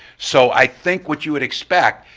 so i think what you would expect,